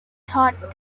thought